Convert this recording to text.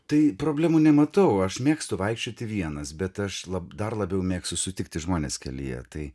tai problemų nematau aš mėgstu vaikščioti vienas bet aš lab dar labiau mėgstu sutikti žmones kelyje tai